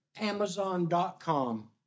Amazon.com